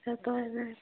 ତ ହେଲାଣି